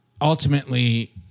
ultimately